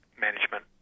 management